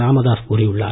ராமதாஸ் கூறியுள்ளார்